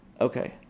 Okay